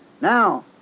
Now